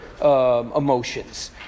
emotions